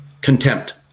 contempt